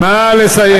נא לסיים.